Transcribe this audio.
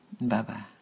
Bye-bye